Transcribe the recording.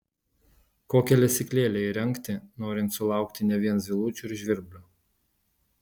kokią lesyklėlę įrengti norint sulaukti ne vien zylučių ir žvirblių